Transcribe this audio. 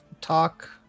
talk